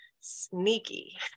sneaky